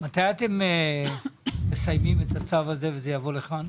- מתי אתם מסיימים את הצו הזה וזה יבוא לכאן?